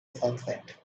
sunset